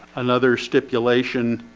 another stipulation